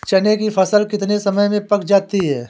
चने की फसल कितने समय में पक जाती है?